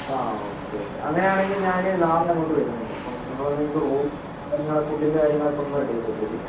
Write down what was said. ആ okay okay അങ്ങനെ ആണെങ്കിൽ ഞാൻ നാളെ അങ്ങോട്ട് വരുന്നുണ്ട് അപ്പം നിങ്ങൾ ഒന്ന് എനിക്ക് റൂം കാര്യങ്ങൾ ഫുഡിൻ്റെ കാര്യങ്ങൾ ഒക്കെ ഒന്ന് റെഡി ആക്കി വെച്ചേക്ക്